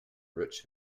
rich